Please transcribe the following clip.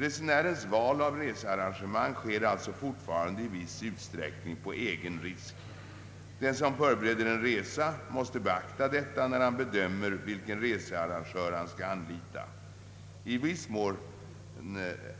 Resenärens val av researrangemang sker alltså fortfarande i viss utsträckning på egen risk. Den som förbereder en resa måste beakta detta när han bedömer vilken researrangör han skall anlita. I viss mån